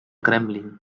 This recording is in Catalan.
kremlin